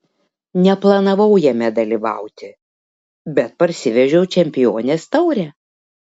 neplanavau jame dalyvauti bet parsivežiau čempionės taurę